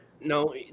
No